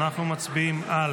אנחנו נצביע על